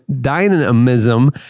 dynamism